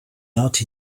art